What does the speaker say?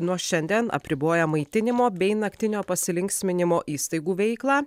nuo šiandien apriboja maitinimo bei naktinio pasilinksminimo įstaigų veiklą